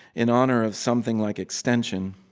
in honor of something like extension.